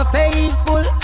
faithful